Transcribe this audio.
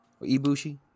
Ibushi